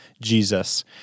Jesus